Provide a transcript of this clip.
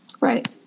Right